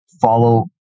follow